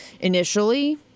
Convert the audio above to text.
initially